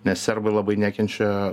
nes serbai labai nekenčia